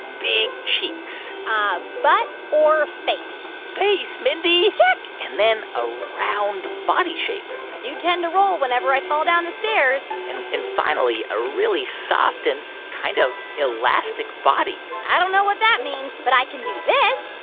big cheeks ah butt or face? face, mindy check and then a round body shape i do tend to roll whenever i fall down the stairs and and finally a really soft and kind of elastic body i don't know what that means, but i can do this